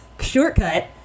shortcut